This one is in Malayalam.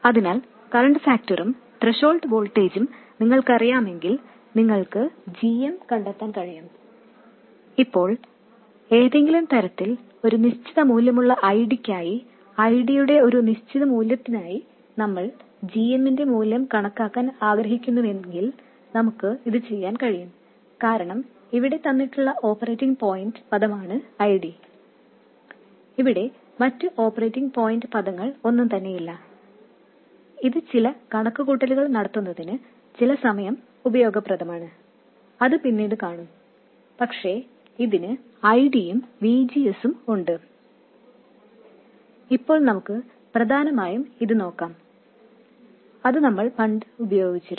അതിനാൽ കറൻറ് ഫാക്ടറും ത്രെഷോൾഡ് വോൾട്ടേജും നിങ്ങൾക്കറിയാമെങ്കിൽ നിങ്ങൾക്ക് gm കണ്ടെത്താൻ കഴിയും ഇപ്പോൾ ഏതെങ്കിലും തരത്തിൽ ഒരു നിശ്ചിത മൂല്യമുള്ള I D ക്കായി I D യുടെ ഒരു നിശ്ചിത മൂല്യത്തിനായി നമ്മൾ gm ന്റെ മൂല്യം കണക്കാക്കാൻ ആഗ്രഹിക്കുന്നുവെങ്കിൽ നമുക്ക് ഇത് ചെയ്യാൻ കഴിയും കാരണം ഇവിടെ തന്നിട്ടുള്ള ഒരേയൊരു ഓപ്പറേറ്റിംഗ് പോയിൻറ് പദമാണ് I D ഇവിടെ മറ്റ് ഓപ്പറേറ്റിംഗ് പോയിൻറ് പദങ്ങൾ ഒന്നും തന്നെയില്ല ഇത് ചില കണക്കുകൂട്ടലുകൾ നടത്തുന്നതിന് ചില സമയം ഉപയോഗപ്രദമാണ് അത് പിന്നീട് കാണും പക്ഷേ ഇതിന് I D യും VG S ഉം ഉണ്ട് ഇപ്പോൾ നമുക്ക് പ്രധാനമായും ഇത് നോക്കാം അത് നമ്മൾ പണ്ട് ഉപയോഗിച്ചിരുന്നു